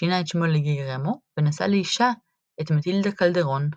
שינה את שמו לגיירמו ונשא לאישה את מתילדה קלדרון,